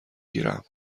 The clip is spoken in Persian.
گیرم